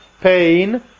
pain